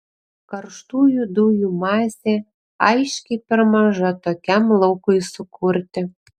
karštųjų dujų masė aiškiai per maža tokiam laukui sukurti